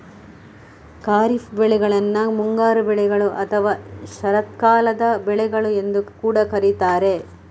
ಖಾರಿಫ್ ಬೆಳೆಗಳನ್ನ ಮುಂಗಾರು ಬೆಳೆಗಳು ಅಥವಾ ಶರತ್ಕಾಲದ ಬೆಳೆಗಳು ಎಂದು ಕೂಡಾ ಕರೀತಾರೆ